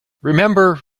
remember